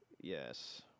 Yes